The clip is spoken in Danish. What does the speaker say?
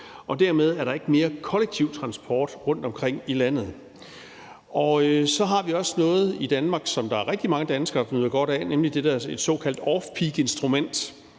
og dermed er der ikke mere kollektiv transport rundtomkring i landet. Så har vi også noget i Danmark, som der er rigtig mange danskere der nyder godt af, nemlig det, der er et såkaldt offpeakinstrument,